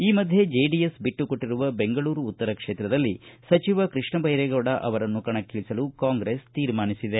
ಈ ಮಧ್ಯೆ ಜೆಡಿಎಸ್ ಬಿಟ್ಟುಕೊಟ್ಟರುವ ಬೆಂಗಳೂರು ಉತ್ತರ ಕ್ಷೇತ್ರದಲ್ಲಿ ಸಚಿವ ಕೃಷ್ಣ ಬೈರೇಗೌಡ ಅವರನ್ನು ಕಣಕ್ಕಿಳಿಸಲು ಕಾಂಗ್ರೆಸ್ ತೀರ್ಮಾನಿಸಿದೆ